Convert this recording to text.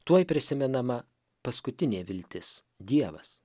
tuoj prisimenama paskutinė viltis dievas